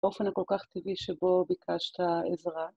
באופן הכל כך טבעי שבו ביקשת עזרה.